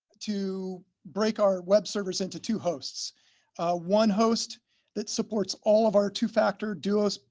to break our web servers into two hosts one host that supports all of our two factor duo